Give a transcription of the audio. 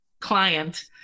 client